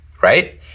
right